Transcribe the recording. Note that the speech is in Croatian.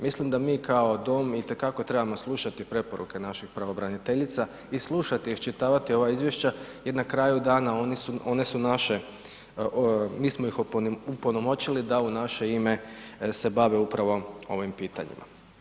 Mislim da mi kao dom itekako trebamo slušati preporuke naših pravobraniteljica i slušati i isčitavati ova izvješća i na kraju dana one su naše, mi smo ih opunomoćile da u naše ime se bave upravo ovim pitanjima.